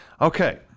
Okay